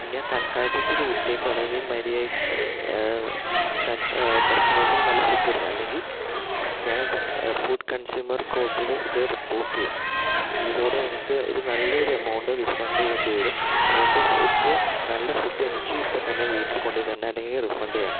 ഞാൻ തൽക്കാലത്തേക്ക് ഇത് വിട്ടേക്കുവാണ് ഇനി മര്യാദയ്ക്ക് താൻ കസ്റ്റമേഴ്സിന് നല്ല ഫുഡ് കൊടുക്കണം അല്ലെങ്കിൽ ഞാൻ ഫുഡ് കൺസ്യൂമർ കോർട്ടിൽ റിപ്പോർട്ട് ചെയ്യും ഇതിലൂടെ നിങ്ങൾക്ക് ഒരു നല്ലൊരു എമൗണ്ട് റീഫണ്ട് ചെയ്യേണ്ടിവരും അത് കൊണ്ട് ഫുഡ് നല്ല ഫുഡ് എനിക്ക് ഇപ്പോൾ തന്നെ വീട്ടിൽ കൊണ്ട് തരണം അല്ലെങ്കിൽ റീഫണ്ട് ചെയ്യണം